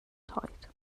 tight